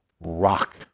rock